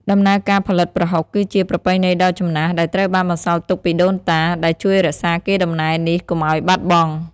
ដំណើរការផលិតប្រហុកគឺជា ប្រពៃណីដ៏ចំណាស់ ដែលត្រូវបានបន្សល់ទុកពីដូនតា ដែលជួយរក្សាកេរដំណែលនេះកុំឱ្យបាត់បង់។